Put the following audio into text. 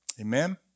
Amen